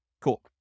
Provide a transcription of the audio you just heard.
Cool